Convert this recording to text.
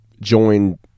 join